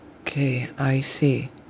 okay I see